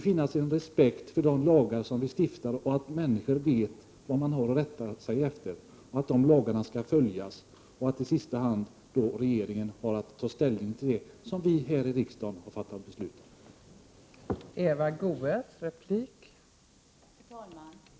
Människor måste veta vad man har att rätta sig efter och att det i sista hand är regeringen som har att ta ställning till det som vi här i riksdagen har fattat beslut om.